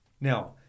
Now